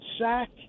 sack